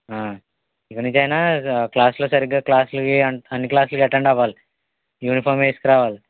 ఇకనుంచైనా క్లాసులో సరిగ్గా క్లాసులుకి అన్ని క్లాసులుకి అటెండ్ అవ్వాలి యూనిఫార్మ్ వేసుకురావాలి